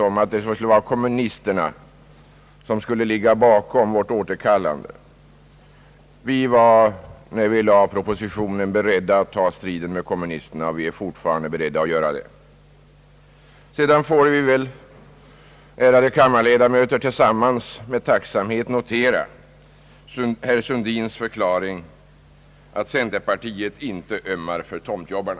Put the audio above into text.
hyreslagstiftningen att kommunisterna skulle ligga bakom vårt återkallande. Vi var när vi lade fram propositionen beredda att ta striden med kommunisterna, och vi är fortfarande beredda att göra det. Sedan får vi väl, ärade kammarledamöter, tillsammans med tacksamhet notera herr Sundins förklaring att centerpartiet inte ömmar för tomtjobbarna.